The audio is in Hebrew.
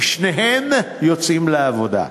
כי שניהם יוצאים לעבודה.